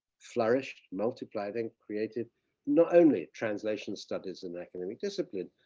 flourished, multiplying, then created not only translation studies and academic discipline,